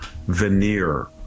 veneer